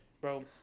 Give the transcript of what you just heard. Bro